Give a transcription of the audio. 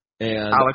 Alex